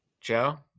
Joe